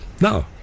Now